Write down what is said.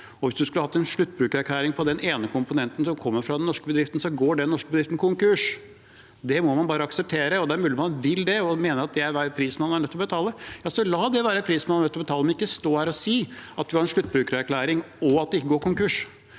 Hvis man skulle hatt en sluttbrukererklæring for den ene komponenten som kommer fra den norske bedriften, går den norske bedriften konkurs. Det må man bare akseptere, og det er mulig man vil det og mener at det er prisen man er nødt til å betale. Ja, så la det være prisen man er nødt til å betale, men ikke stå her og si at man vil ha en sluttbrukererklæring, og at de ikke går konkurs.